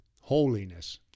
holiness